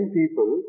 people